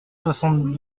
soixante